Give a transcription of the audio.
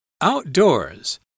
Outdoors